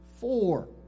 four